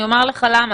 אני אומר לך למה,